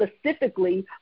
specifically